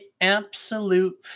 absolute